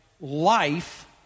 life